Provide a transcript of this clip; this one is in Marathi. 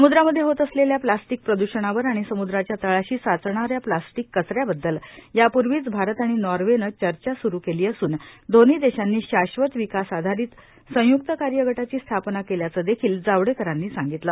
सम्द्रामध्ये होत असलेल्या प्लास्टीक प्रदुषणावर आणि समुद्राच्या तळाशी साचणा या प्लास्टीक कच याबद्दल यापूर्वीच भारत आणि नॉर्वेनं चर्चा सुरू केली असून दोन्ही देशांनी शाश्वत विकास आधारीत संयुक्त कार्य गटाची स्थापना केल्याचं देखील जावडेकरांनी सांगितलं